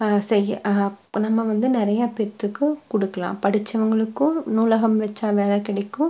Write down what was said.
செய்ய நம்ம வந்து நிறையா பேத்துக்கு கொடுக்கலாம் படிச்சவங்களுக்கும் நூலகம் வைச்சா வேலை கிடைக்கும்